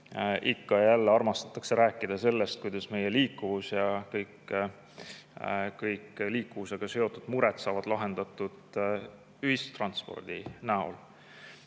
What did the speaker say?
Ikka ja jälle armastatakse rääkida sellest, kuidas meie liikuvus ja kõik liikuvusega seotud mured saavad lahendatud ühistranspordi näol.